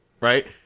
right